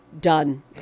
done